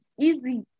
easy